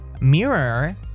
mirror